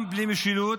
גם בלי משילות,